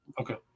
Okay